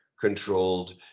controlled